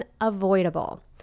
unavoidable